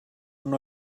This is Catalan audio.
una